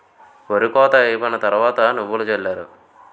ఒరి కోత అయిపోయిన తరవాత నువ్వులు జల్లారు